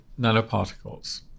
nanoparticles